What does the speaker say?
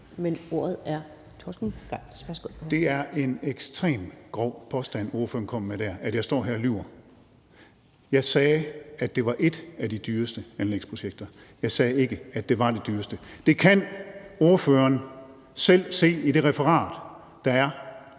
ordføreren kommer med der, altså at jeg står her og lyver. Jeg sagde, at det var et af de dyreste anlægsprojekter, jeg sagde ikke, at det var det dyreste. Det kan ordføreren selv se i det referat, der er